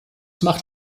macht